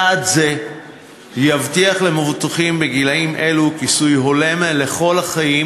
צעד זה יבטיח למבוטחים בגילים אלה כיסוי הולם לכל החיים